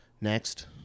next